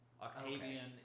Octavian